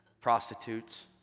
prostitutes